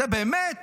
זו באמת